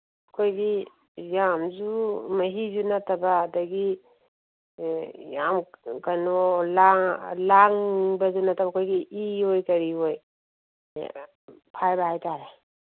ꯑꯩꯈꯣꯏꯒꯤ ꯌꯥꯝꯁꯨ ꯃꯍꯤꯁꯨ ꯅꯠꯇꯕ ꯑꯗꯒꯤ ꯌꯥꯝ ꯀꯩꯅꯣ ꯂꯥꯡꯕꯁꯨ ꯅꯠꯇꯕ ꯑꯩꯈꯣꯏꯒꯤ ꯏ ꯑꯣꯏ ꯀꯔꯤ ꯑꯣꯏ ꯐꯥꯏꯕ ꯍꯥꯏ ꯇꯥꯔꯦ